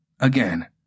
Again